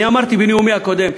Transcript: אני אמרתי בנאומי הקודם,